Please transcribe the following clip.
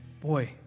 Boy